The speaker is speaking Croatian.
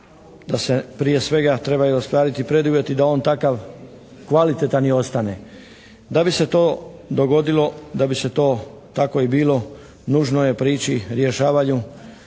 da se prije svega trebaju ostvariti preduvjeti da on takav kvalitetan i ostane. Da bi se to dogodilo, da bi se to tako i bilo nužno je prići rješavanju